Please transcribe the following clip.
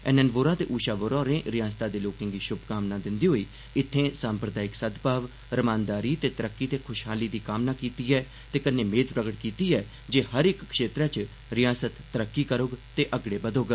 N N Vohra ते ऊषा वोहरा होरें रयासतै दे लोकें गी शुभ कामनां दिंदे होई इत्थे साम्प्रदायिक सद्भाव रमानदारी तरक्की ते खुशहाली दी कामना कीती ऐ ते कन्ने मेद प्रगट कीती ऐ जे हर क्षेत्रै च रयासत तरक्की करोग ते अगड़े बधोग